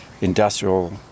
industrial